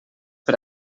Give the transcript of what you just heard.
per